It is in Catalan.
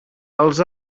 als